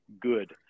good